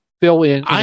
fill-in